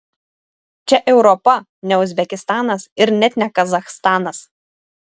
čia europa ne uzbekistanas ir net ne kazachstanas